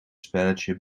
spelletje